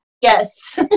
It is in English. Yes